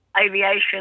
aviation